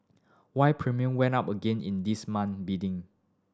why premium went up again in this month's bidding